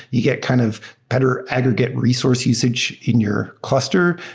you get kind of better aggregate resource usage in your cluster.